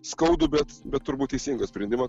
skaudų bet bet turbūt teisingą sprendimą